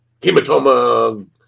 hematoma